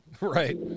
Right